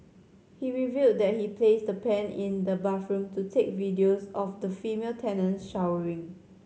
he revealed that he placed the pen in the bathroom to take videos of the female tenants showering